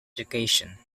education